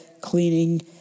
cleaning